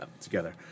together